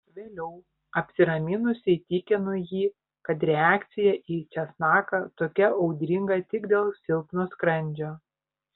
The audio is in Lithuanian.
vėliau apsiraminusi įtikino jį kad reakcija į česnaką tokia audringa tik dėl silpno skrandžio